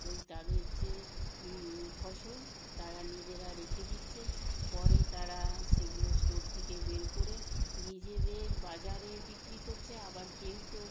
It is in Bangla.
ওই তাদের যে ফসল তারা নিজেরা রেখে দিচ্ছে পরে তারা সেগুলো স্টোর থেকে বের করে নিজেদের বাজারে বিক্রি করছে আবার কেউ কেউ